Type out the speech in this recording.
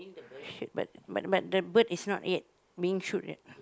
shoot but but but the bird is not yet been shoot yet